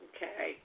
Okay